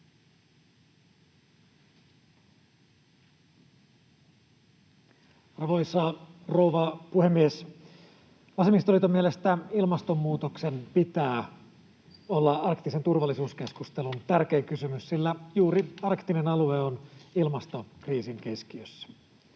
Arvoisa rouva puhemies! Vasemmistoliiton mielestä ilmastonmuutoksen pitää olla arktisen turvallisuuskeskustelun tärkein kysymys, sillä juuri arktinen alue on ilmastokriisin keskiössä.